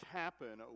happen